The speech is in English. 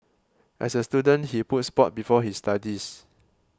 as a student he put sport before his studies